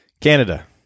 Canada